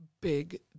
big